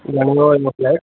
घणेजो आहे इहो फ़्लेट